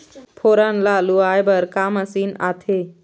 फोरन ला लुआय बर का मशीन आथे?